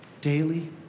daily